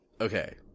Okay